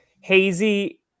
hazy